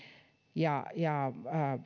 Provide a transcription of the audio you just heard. ja ja